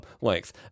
length